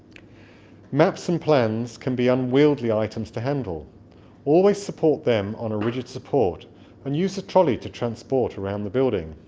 maps and plans can be unwieldly items to handle always support them on a rigid support and use a trolley to transport around the building